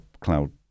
cloud